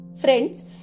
Friends